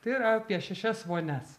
tai yra apie šešias vonias